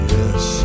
Yes